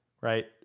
right